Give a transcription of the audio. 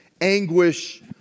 anguish